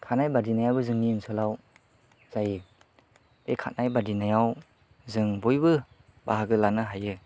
खारनाय बादिनायाबो जोंनि ओनसोलाव जायो बे खारनाय बादिनायाव जों बयबो बाहागो लानो हायो